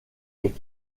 est